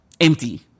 Empty